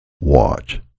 Watch